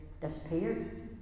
disappeared